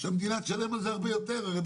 והמדינה הרי תשלם על כך הרבה יותר עם הזמן.